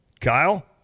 Kyle